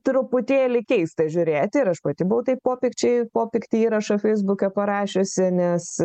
truputėlį keista žiūrėti ir aš pati buvau taip popikčiai popiktį įrašą feisbuke parašiusi nes